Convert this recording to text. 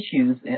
issues